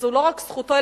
וזו לא רק זכותם,